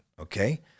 okay